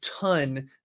ton